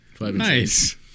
Nice